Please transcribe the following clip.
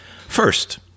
First